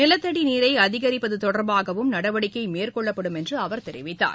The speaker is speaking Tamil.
நிலத்தடிநீரைஅதிகரிப்பதுதொடர்பாகவும் நடவடிக்கைமேற்கொள்ளப்படும் என்றுஅவர் தெரிவித்தார்